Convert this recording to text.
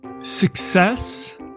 success